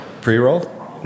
pre-roll